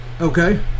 Okay